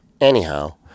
Anyhow